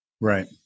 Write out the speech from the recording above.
Right